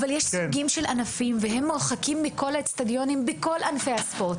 אבל יש סוגים של ענפים והם מורחקים מכל האצטדיונים בכל ענפי הספורט.